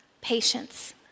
patience